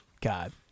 God